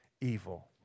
evil